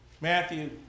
Matthew